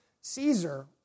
Caesar